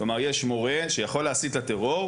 יש מורה שיכול להסית לטרור,